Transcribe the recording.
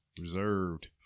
reserved